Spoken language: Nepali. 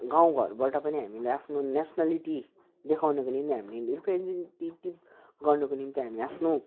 गाउँघरबाट पनि हामीले आफ्नो नेसनेलिटी देखाउनको पनि हामीले रिप्रेजेन्टिभ गर्नको निम्ति हामी आफ्नो